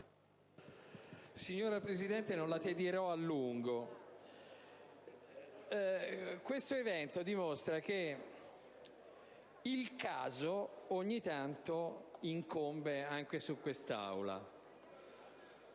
Signora Presidente, non tedierò a lungo l'Assemblea. Questo evento dimostra che il caso ogni tanto incombe anche su quest'Aula.